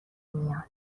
نمیان